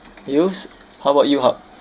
you s~ how about you ho~